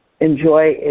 enjoy